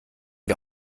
wir